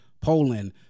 Poland